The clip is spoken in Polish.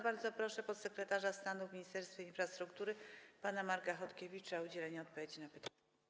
Bardzo proszę podsekretarza stanu w Ministerstwie Infrastruktury pana Marka Chodkiewicza o udzielenie odpowiedzi na pytanie.